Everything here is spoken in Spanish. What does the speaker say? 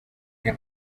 que